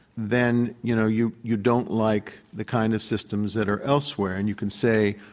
then, you know, you you don't like the kind of systems that are elsewhere. and you can say,